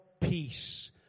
peace